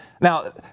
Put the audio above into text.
Now